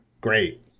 Great